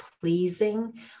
pleasing